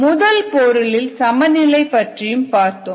மூலப் பொருளின் சமநிலை பற்றியும் பார்த்தோம்